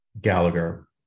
Gallagher